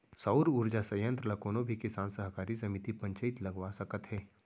सउर उरजा संयत्र ल कोनो भी किसान, सहकारी समिति, पंचईत लगवा सकत हे